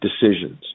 decisions